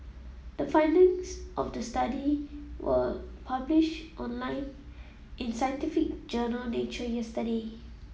the findings of the study were published online in scientific journal Nature yesterday